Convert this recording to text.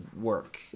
work